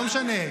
לא משנה,